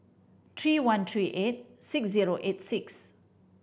three one three eight six zero eight six